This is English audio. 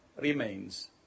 remains